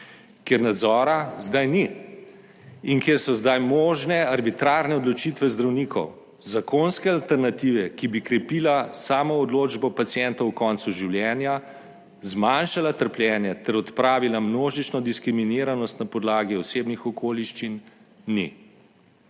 kjer nadzora zdaj ni in kjer so zdaj možne arbitrarne odločitve zdravnikov, zakonske alternative, ki bi krepila samoodločbo pacientov ob koncu življenja, zmanjšala trpljenje ter odpravila množično diskriminiranost na podlagi osebnih okoliščin, ni.